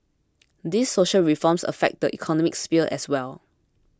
these social reforms affect the economic sphere as well